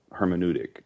hermeneutic